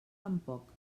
tampoc